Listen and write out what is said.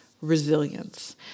resilience